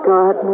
God